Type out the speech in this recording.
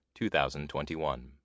2021